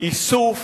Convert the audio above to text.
האיסוף